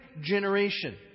generation